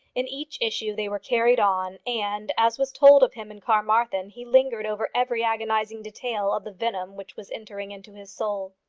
in each issue they were carried on, and, as was told of him in carmarthen, he lingered over every agonizing detail of the venom which was entering into his soul.